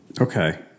Okay